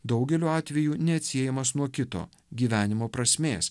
daugeliu atveju neatsiejamas nuo kito gyvenimo prasmės